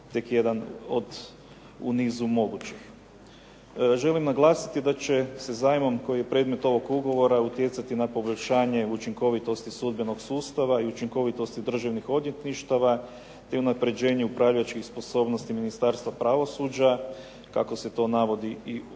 tek jedan u nizu mogućih. Želim naglasiti da će se zajmom koji je predmet ovog ugovora utjecati na poboljšanje učinkovitosti sudbenog sustava i učinkovitosti državnih odvjetništava te unapređenju upravljačkih sposobnosti Ministarstva pravosuđa kako se to navodi i u